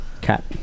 cat